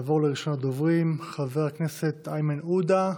נעבור לראשון הדוברים, חבר הכנסת איימן עודה,